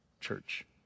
church